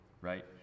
right